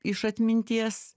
iš atminties